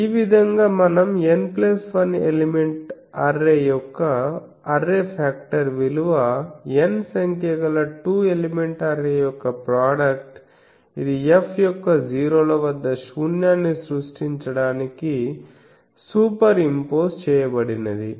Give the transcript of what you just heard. ఈ విధంగా మనం n1 ఎలిమెంట్ అర్రే యొక్క అర్రే ఫాక్టర్ విలువ N సంఖ్య గల టూ ఎలిమెంట్ అర్రే యొక్క ప్రోడక్ట్ ఇది F యొక్క జీరో ల వద్ద శూన్యాన్ని సృష్టించడానికి సూపర్ఇంపోజ్ చేయబడినది